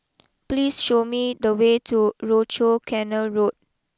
please show me the way to Rochor Canal Road